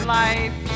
life